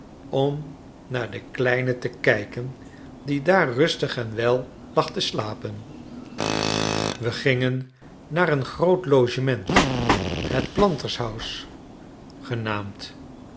om naar den kleine te kijken die daar rustig en wel lag te slapen we gingen naar een groot logement het planters house genaamd